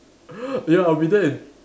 ya I'll be then